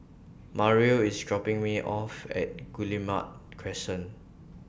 Mario IS dropping Me off At Guillemard Crescent